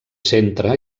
centre